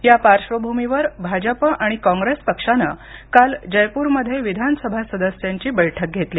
या पार्श्वभूमीवर भाजप आणि कॉंग्रेस पक्षांनी काल जयपूरमध्ये विधानसभा सदस्यांची बैठक घेतली